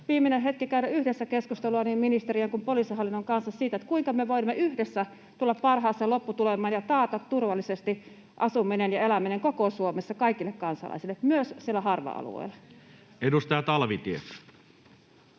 viimeinen hetki käydä yhdessä keskustelua niin ministeriön kuin poliisihallinnon kanssa siitä, kuinka me voimme yhdessä tulla parhaaseen lopputulemaan ja taata turvallisesti asuminen ja eläminen koko Suomessa kaikille kansalaisille, myös siellä harva-alueilla. [Speech 33]